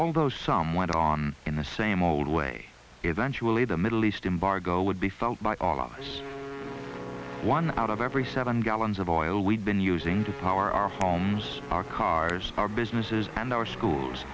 although some went on in the same old way eventually the middle east embargo would be felt by all of us one out of every seven gallons of oil we've been using to power our homes our cars our businesses and our schools